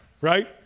Right